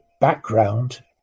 background